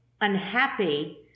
unhappy